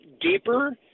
deeper